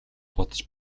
бодож